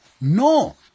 No